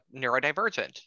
neurodivergent